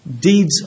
deeds